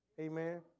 Amen